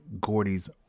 Gordy's